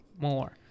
more